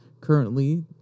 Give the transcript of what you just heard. Currently